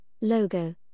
logo